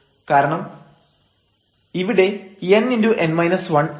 കാരണം ഇവിടെ n ആണ്